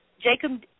Jacob